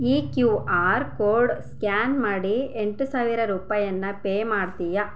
ಈ Q R code scan ಮಾಡಿ ಎಂಟು ಸಾವಿರ ರೂಪಾಯಿಯನ್ನ ಪೇ ಮಾಡ್ತೀಯ